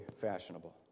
fashionable